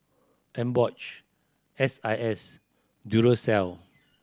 Emborch S I S Duracell